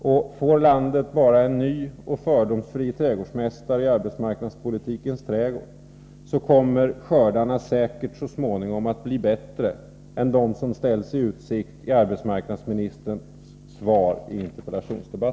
Om landet bara får en ny och fördomsfri trädgårdsmästare i arbetsmarknadspolitikens trädgård, kommer skördarna så småningom säkert att bli bättre än de som ställs i utsikt i arbetsmarknadsministerns svar här i dag.